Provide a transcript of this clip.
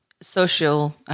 social